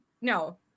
no